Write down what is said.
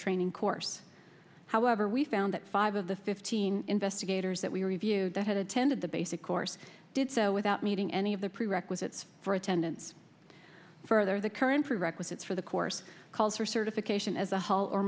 training course however we found that five of the fifteen investigators that we reviewed that had attended the basic course did so without meeting any of the prerequisites for attendance further the current prerequisites for the course calls for certification as a